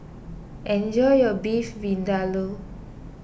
enjoy your Beef Vindaloo